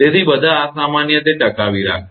તેથી બધા અસામાન્ય તે ટકાવી રાખશે